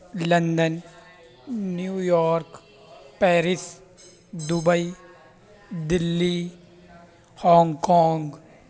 London New York Paris Dubai Delhi Hong Kong